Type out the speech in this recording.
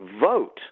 vote